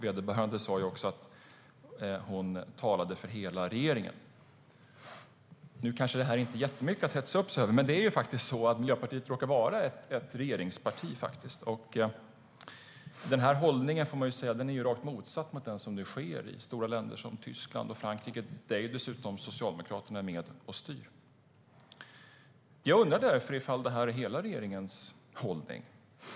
Vederbörande sa också hon talade för hela regeringen. Nu är det här kanske inte så mycket att hetsa upp sig över, men det råkar faktiskt vara så att Miljöpartiet är ett regeringsparti, och hållningen är rakt motsatt mot det som nu sker i stora länder som Tyskland och Frankrike, där socialdemokrater dessutom är med och styr. Jag undrar därför om detta är hela regeringens hållning.